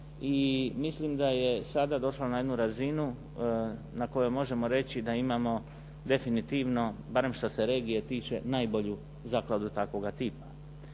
i mislim da je sada došlo na jednu razinu na kojoj možemo reći da imamo definitivno barem što se regije tiče najbolju zakladu takvoga tipa.